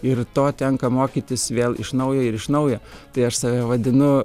ir to tenka mokytis vėl iš naujo ir iš naujo tai aš save vadinu